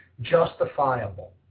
justifiable